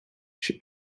she